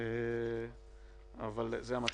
אבל זה המצב.